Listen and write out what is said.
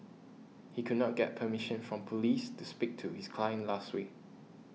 he could not get permission from police to speak to his client last week